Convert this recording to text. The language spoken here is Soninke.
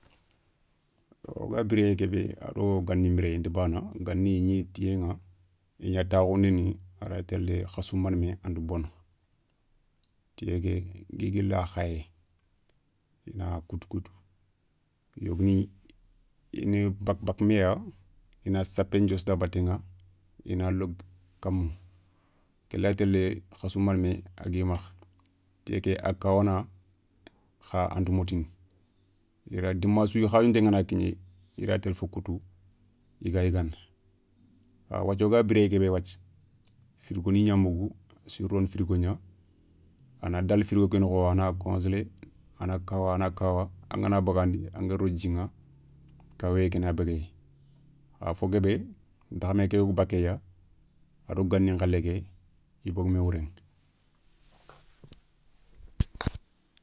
Wo ga biréyé ké bé a do gani mbiréyé inta bana gani gni tiyeηa i gna takhoundini, a raya télé khassou mané mé anta bono tiyé ké guili guila khayé na koutou koutou yogoni i na baka baka mé ya ina sapé ndiossi da batéηa i na logui kamou, ké layi télé khassou manémé, a gui makha tiyé ké a kawana kha anti motini, dima sou i hadiounté ngana kigné i ray télé fo koutou i ga yigana. Kha wathia wo ga biréyé ké bé wathia firigo ni gnan bogou i souna rono firigo gna a na dala firigo ké nokho a na congélé a na kawa a na kawa, angana bagandi angada ro djiηa kawéyé ké na béguéye, a fo guébé dakhamé ké yogo bakéya ado gani nkhalé ké i bogou mé wouréηa.